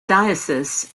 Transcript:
diocese